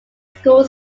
school